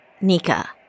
Nika